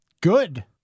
Good